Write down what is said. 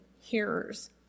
hearers